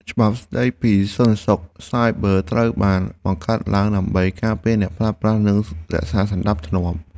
ច្បាប់ស្តីពីសន្តិសុខសាយប័រត្រូវបានបង្កើតឡើងដើម្បីការពារអ្នកប្រើប្រាស់និងរក្សាសណ្តាប់ធ្នាប់។